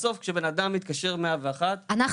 בסוף כשבן אדם מתקשר 101 -- אנחנו